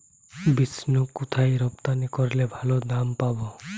Beans কোথায় রপ্তানি করলে ভালো দাম পাব?